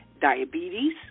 diabetes